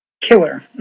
killer